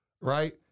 right